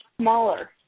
smaller